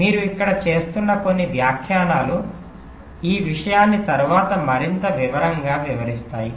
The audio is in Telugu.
మీరు ఇక్కడ చేస్తున్న కొన్ని వ్యాఖ్యానాలు ఈ విషయాన్ని తరువాత మరింత వివరంగా వివరిస్తాయి